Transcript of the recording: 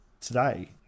today